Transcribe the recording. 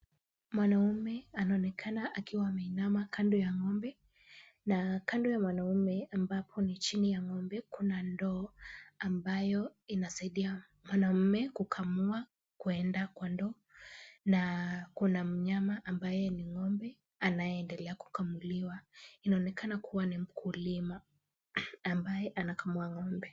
Mwanaume anaonekana akiwa ameinama kando ya ng'ombe na kando ya mwanaume ambapo ni chini ya ng'ombe, kuna ndoo ambayo inasaidia mwanaume kukamua kwenda kwa ndoo na kuna mnyama ambaye ni ng'ombe, anayeendelea kukamuliwa. Inaonekana kuwa ni mkulima ambaye anakamua ng'ombe.